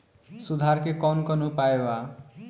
सुधार के कौन कौन उपाय वा?